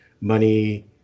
money